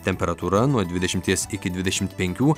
temperatūra nuo dvidešimies iki dvidešim penkių